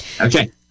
Okay